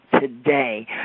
today